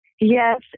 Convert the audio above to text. Yes